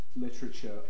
literature